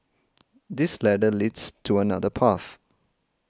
this ladder leads to another path